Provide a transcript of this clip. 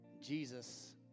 Jesus